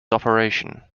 operation